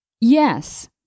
Yes